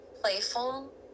playful